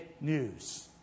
news